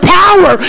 power